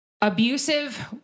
Abusive